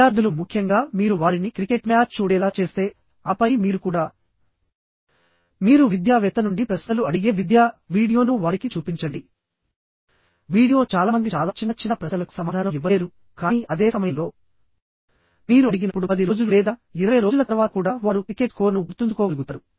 విద్యార్థులు ముఖ్యంగా మీరు వారిని క్రికెట్ మ్యాచ్ చూడేలా చేస్తే ఆపై మీరు కూడా మీరు విద్యావేత్త నుండి ప్రశ్నలు అడిగే విద్యా వీడియోను వారికి చూపించండి వీడియో చాలా మంది చాలా చిన్న చిన్న ప్రశ్నలకు సమాధానం ఇవ్వలేరు కానీ అదే సమయంలో మీరు అడిగినప్పుడు 10 రోజులు లేదా 20 రోజుల తర్వాత కూడా వారు క్రికెట్ స్కోరును గుర్తుంచుకోగలుగుతారు